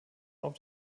auf